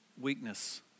Weakness